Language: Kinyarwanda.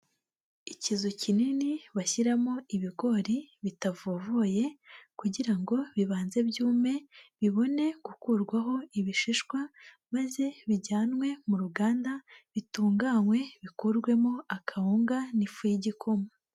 Ikizu kinini bashyiramo ibigori bitavovoye, kugira ngo bibanze byume, bibone gukurwaho ibishishwa, maze bijyanwe mu ruganda, bitunganywe, bikorwemo akawunga n'ifu y'igikoma.